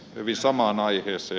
hyvin samaan aiheeseen